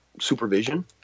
supervision